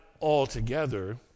altogether